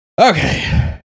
Okay